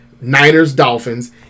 Niners-Dolphins